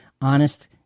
honest